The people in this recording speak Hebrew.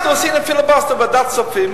אנחנו עשינו פיליבסטר בוועדת הכספים,